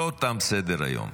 התשפ"ה 2024,